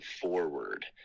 forward